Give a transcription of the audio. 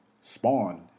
spawn